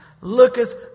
looketh